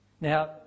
Now